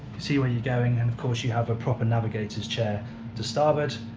see where you're going and of course you have a proper navigator's chair to starboard,